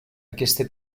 aquesta